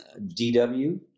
DW